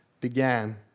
began